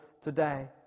today